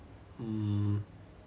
mm